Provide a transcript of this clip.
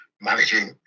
managing